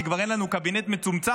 כי כבר אין לנו קבינט מצומצם,